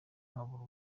nkabura